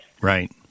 Right